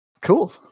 Cool